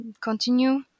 continue